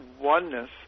oneness